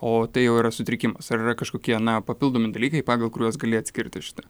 o tai jau yra sutrikimas ar yra kažkokie na papildomi dalykai pagal kuriuos gali atskirti šitą